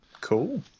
Cool